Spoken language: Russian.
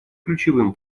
ключевым